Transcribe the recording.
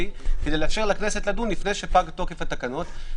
התהליך כדי לאפשר לכנסת לדון לפני שפג תוקף התקנות.